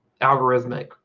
algorithmic